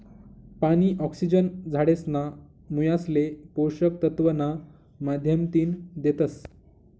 पानी, ऑक्सिजन झाडेसना मुयासले पोषक तत्व ना माध्यमतीन देतस